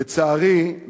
לצערי,